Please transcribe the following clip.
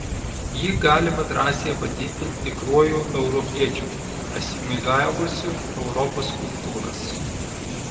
jį galima drąsiai vadinti tikruoju europiečiu asimiliavusiu europos kultūras